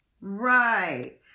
right